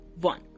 one